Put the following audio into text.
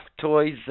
toys